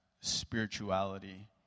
spirituality